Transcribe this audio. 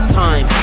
time